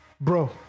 bro